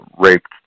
raped